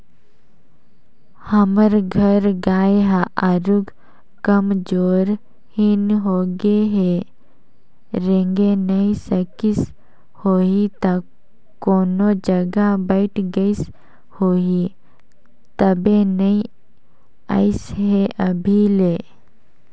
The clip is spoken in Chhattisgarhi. हमर घर गाय ह आरुग कमजोरहिन होगें हे रेंगे नइ सकिस होहि त कोनो जघा बइठ गईस होही तबे नइ अइसे हे अभी ले